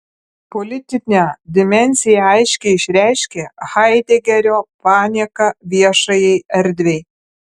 politinę dimensiją aiškiai išreiškia haidegerio panieka viešajai erdvei